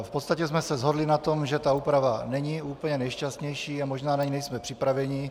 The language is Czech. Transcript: V podstatě jsme se shodli na tom, že ta úprava není úplně nejšťastnější a možná na ni nejsme připraveni.